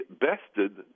bested